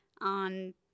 on